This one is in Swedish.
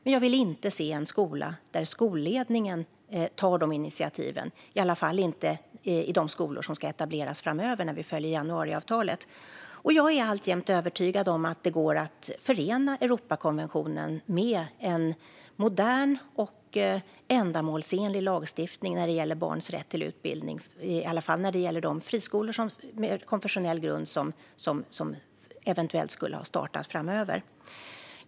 Men jag vill inte se en skola där skolledningen tar dessa initiativ, i alla fall inte i de skolor som ska etableras framöver när vi följer januariavtalet. Jag är alltjämt övertygad om att det går att förena Europakonventionen med en modern och ändamålsenlig lagstiftning när det gäller barns rätt till utbildning, i alla fall när det gäller de friskolor med konfessionell grund som eventuellt skulle ha startat framöver.